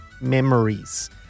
memories